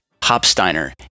Hopsteiner